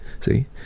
see